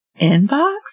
inbox